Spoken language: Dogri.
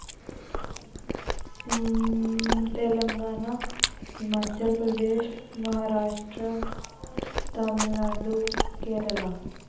तेलंगाना हिमाचल प्रदेश महाराश्ट्रा तमिलनाडु केरला